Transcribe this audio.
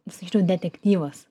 sakyčiau detektyvas